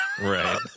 Right